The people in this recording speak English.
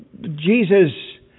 Jesus